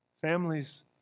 Families